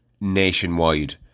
nationwide